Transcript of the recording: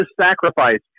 sacrifice